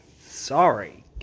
Sorry